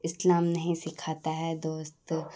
اسلام نہیں سکھاتا ہے دوست